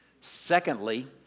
Secondly